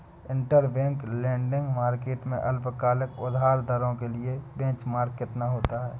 Interbank lending market में अल्पकालिक उधार दरों के लिए बेंचमार्क कितना होता है?